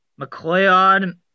McLeod